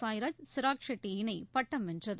சாய்ராஜ் சிராக்ஷெட்டி இணைபட்டம் வென்றது